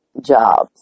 jobs